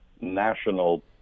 national